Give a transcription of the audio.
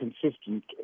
consistent